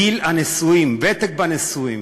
גיל הנישואים, ותק בנישואים?